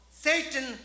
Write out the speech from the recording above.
Satan